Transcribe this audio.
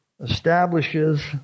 establishes